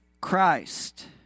christ